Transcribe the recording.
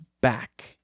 back